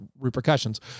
repercussions